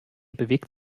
bewegt